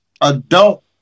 adult